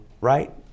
right